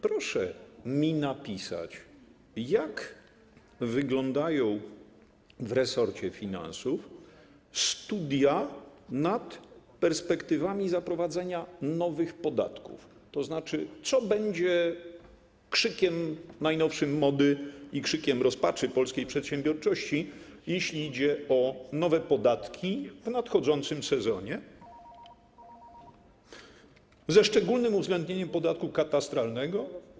Proszę mi napisać, jak wyglądają w resorcie finansów studia nad perspektywami zaprowadzenia nowych podatków, to znaczy, co będzie najnowszym krzykiem mody i krzykiem rozpaczy polskiej przedsiębiorczości, jeśli idzie o nowe podatki w nadchodzącym sezonie, ze szczególnym uwzględnieniem podatku katastralnego.